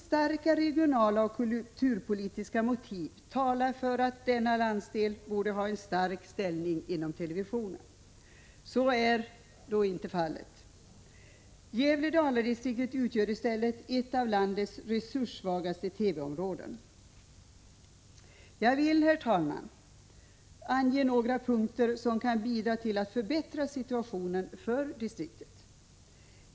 Starka regionaloch kulturpolitiska motiv talar för att denna landsdel borde ha en starkare ställning inom televisionen. Så är dock inte fallet. Gävle-Dala-distriktet utgör i stället ett av landets resurssvagaste TV områden. Jag vill, herr talman, ange några punkter som kan bidra till att förbättra situationen för distriktet.